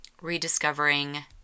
rediscovering